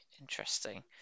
Interesting